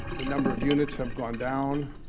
the number of units have gone down.